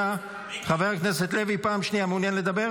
אינו נוכח,